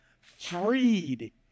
freed